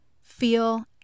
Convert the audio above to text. feel